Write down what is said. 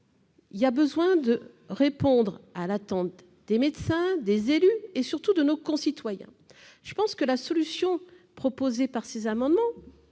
il y a besoin de répondre à l'attente des médecins, des élus et, surtout, de nos concitoyens. Je pense que la solution proposée au travers de ces amendements